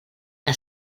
que